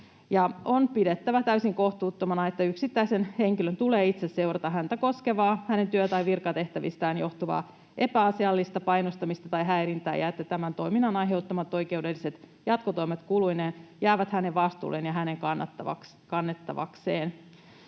On pidettävä täysin kohtuuttomana, että yksittäisen henkilön tulee itse seurata häntä koskevaa, hänen työ- tai virkatehtävistään johtuvaa epäasiallista painostamista tai häirintää ja että tämän toiminnan aiheuttamat oikeudelliset jatkotoimet kuluineen jäävät hänen vastuulleen ja hänen kannettavakseen.”